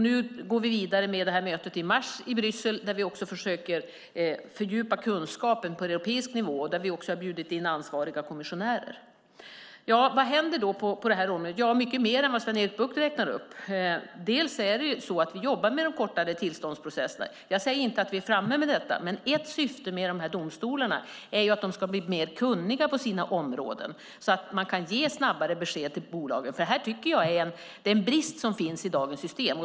Nu går vi vidare med mötet i mars i Bryssel där vi försöker fördjupa kunskapen på europeisk nivå, och vi har inbjudit ansvariga kommissionärer. Vad händer på området? Ja, mer än vad Sven-Erik Bucht räknar upp. Vi jobbar med frågan om kortare tillståndsprocesser. Jag säger inte att vi är framme vid detta, men ett syfte med domstolarna är att de ska bli mer kunniga på sina områden så att de kan ge snabbare besked till bolagen. Det är en brist i dagens system.